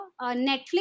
Netflix